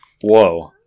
Whoa